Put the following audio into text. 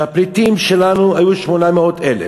שהפליטים שלנו היו 800,000,